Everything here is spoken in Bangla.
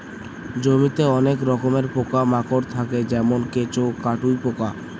জমিতে অনেক রকমের পোকা মাকড় থাকে যেমন কেঁচো, কাটুই পোকা